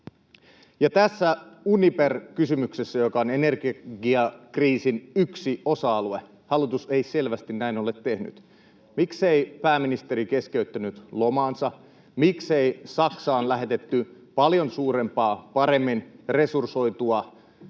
ja tässä Uniper-kysymyksessä, joka on energiakriisin yksi osa-alue, hallitus ei selvästi näin ole tehnyt. Miksei pääministeri keskeyttänyt lomaansa? Miksei Saksaan lähetetty paljon suurempaa, paremmin resursoitua